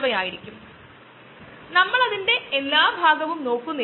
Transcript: ദ്രാവക ഇന്ധനങ്ങൾ മാറ്റിസ്ഥാപിക്കുന്നത് ബുദ്ധിമുട്ടാണ്